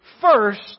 first